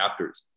adapters